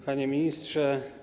Panie Ministrze!